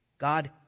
God